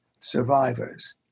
survivors